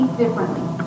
differently